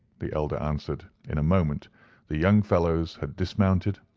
the elder answered. in a moment the young fellows had dismounted,